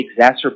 exacerbate